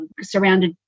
surrounded